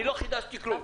אני לא חידשתי כלום.